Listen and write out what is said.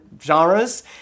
genres